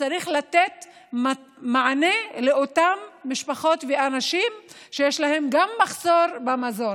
וצריך לתת מענה למשפחות ואנשים שיש להם גם מחסור במזון.